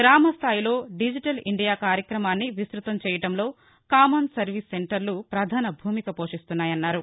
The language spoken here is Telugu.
గ్రామస్టాయిలో డిజిటల్ ఇండియా కార్యక్రమాన్ని విస్జతం చేయటంలో కామన్ సర్వీస్ సెంటర్లు ప్రధాన భూమిక పోషిస్తున్నాయన్నారు